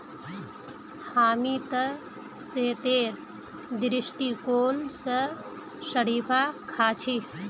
हामी त सेहतेर दृष्टिकोण स शरीफा खा छि